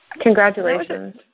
congratulations